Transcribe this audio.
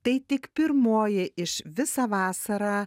tai tik pirmoji iš visą vasarą